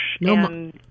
No